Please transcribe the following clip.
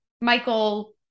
Michael